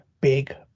big